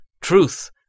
Truth